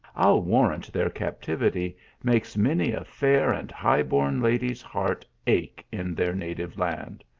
i ll warrant their cap tivity makes many a fair and high-born lady s heart ache in their native land!